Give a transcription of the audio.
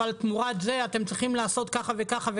אבל תמורת זה אתם צריכים לעשות ככה וככה,